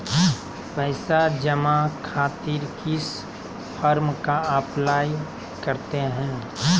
पैसा जमा खातिर किस फॉर्म का अप्लाई करते हैं?